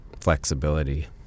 flexibility